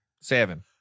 Seven